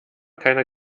keiner